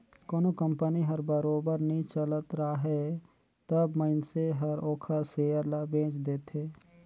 कोनो कंपनी हर बरोबर नी चलत राहय तब मइनसे हर ओखर सेयर ल बेंच देथे